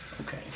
okay